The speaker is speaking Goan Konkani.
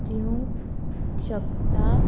दिवंक शकता